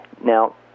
Now